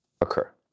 occur